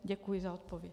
Děkuji za odpověď.